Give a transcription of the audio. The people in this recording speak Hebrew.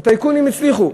הטייקונים הצליחו.